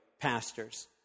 pastors